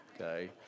okay